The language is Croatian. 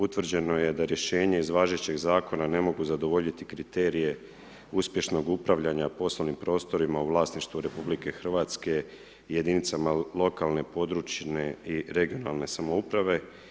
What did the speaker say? Utvrđeno je da rješenje iz važećeg zakona, ne mogu zadovoljiti kriterije uspješnog upravljanja poslovnih prostorima u vlasništvu RH i jedinice lokalne područne i regionalne samouprave.